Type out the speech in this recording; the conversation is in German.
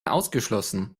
ausgeschlossen